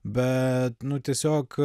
bet nu tiesiog